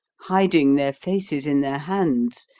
hiding their faces in their hands,